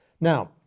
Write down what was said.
now